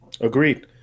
Agreed